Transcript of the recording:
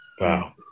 Wow